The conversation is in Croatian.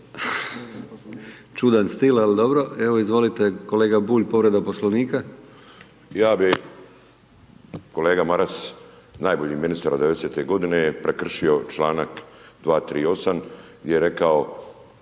Čudan stil, ali dobro, evo izvolite, kojega Bulj povreda poslovnika. **Bulj, Miro (MOST)** Ja bi, kolega Maras, najbolji ministar od '90. g. prekršio čl. 238. gdje je rekao